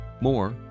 More